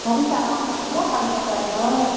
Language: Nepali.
हुन्छ आउनुहोस् न ल कन्ट्याक्ट गर्नुहोस्